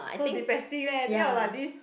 so depressing leh think about this